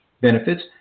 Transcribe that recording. benefits